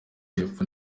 y’epfo